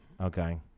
Okay